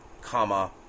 comma